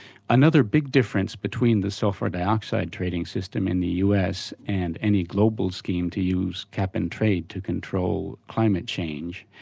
another big difference between the sulphur dioxide trading system in the us and any global scheme to use cap and trade to control climate change,